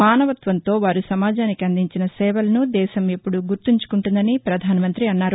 మానవత్వంతో వారు సమాజానికి అందించిన సేవలను దేశం ఎప్పుడూ గుర్తుంచుకుంటుందని పధానమంతి అన్నారు